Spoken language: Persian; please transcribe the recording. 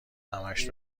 همش